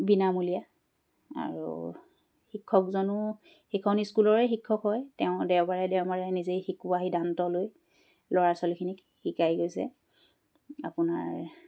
বিনামূলীয়া আৰু শিক্ষকজনো সেইখন ইস্কুলৰে শিক্ষক হয় তেওঁ দেওবাৰে দেওবাৰে নিজেই শিকোৱা সিদ্ধান্ত লৈ ল'ৰা ছোৱালীখিনিক শিকাই গৈছে আপোনাৰ